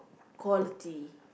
quality